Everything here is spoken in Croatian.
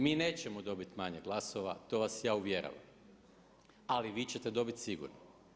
Mi nećemo manje glasova, to vas ja uvjeravam, ali vi ćete dobiti sigurno.